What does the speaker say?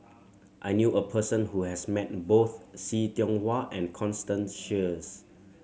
I knew a person who has met both See Tiong Wah and Constance Sheares